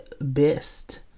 best